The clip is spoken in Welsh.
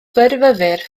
byrfyfyr